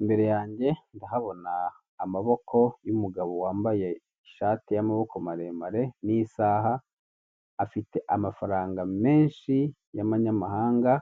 Imbere yanjye ndahabona amaboko y'umugabo wambaye ishati y'amaboko maremare n'isaha afite amafaranga menshi yamanyamahanga